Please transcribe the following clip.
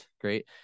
great